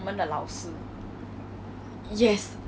记得记得 !wah! 他很好笑 leh